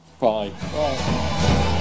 bye